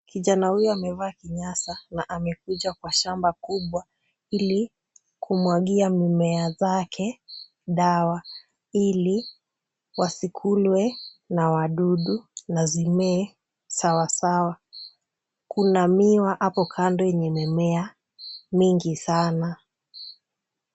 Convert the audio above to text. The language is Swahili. Kijana huyo amevaa kinyasa na amekuja kwa shamba kubwa ili kumwagia mimea yake dawa ili wasikulwe na wadudu na zimee sawasawa. Kuna miwa hapo kando yenye imemea mingi sana.